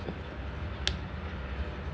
is unless though not means chicken rice wanton